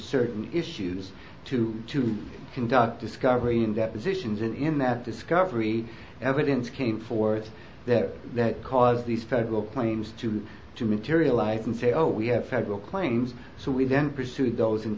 certain issues two to conduct discovery in depositions and in that discovery evidence came forth that that caused these federal planes to get to materialize and say oh we have federal claims so we then pursue those in